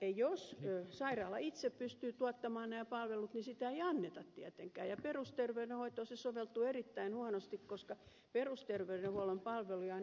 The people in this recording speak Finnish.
jos sairaala itse pystyy tuottamaan nämä palvelut niin sitä ei anneta tietenkään ja perusterveydenhoitoon se soveltuu erittäin huonosti koska perusterveydenhuollon palveluja on erittäin vaikea budjetoida